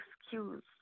excuse